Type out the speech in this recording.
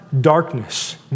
darkness